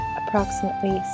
approximately